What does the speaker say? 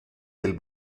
del